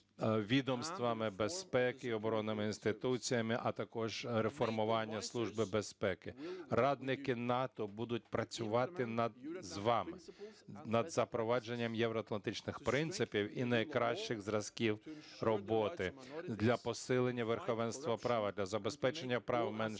Радники НАТО будуть працювати з вами над запровадженням євроатлантичних принципів і найкращих зразків роботи для посилення верховенства права, для забезпечення прав меншин,